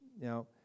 now